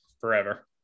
forever